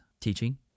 teaching